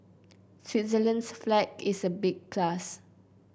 Switzerland's flag is a big plus